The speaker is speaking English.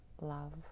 love